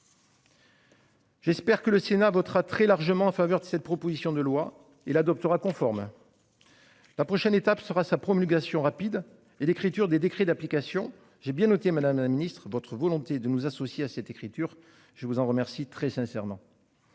J'espère que le Sénat votera très largement en faveur de cette proposition de loi il adoptera conforme. La prochaine étape sera sa promulgation rapide et l'écriture des décrets d'application. J'ai bien noté Madame la Ministre votre volonté de nous associer à cette écriture je vous en remercie très sincèrement.